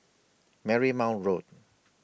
Marymount Road